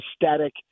aesthetic